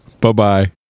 bye-bye